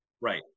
Right